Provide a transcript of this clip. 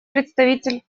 представитель